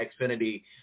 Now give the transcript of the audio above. Xfinity